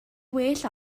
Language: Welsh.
well